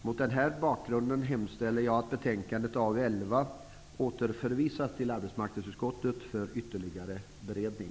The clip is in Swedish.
Mot denna bakgrund hemställer jag att betänkandet AU11 återförvisas till arbetsmarknadsutskottet för ytterligare beredning.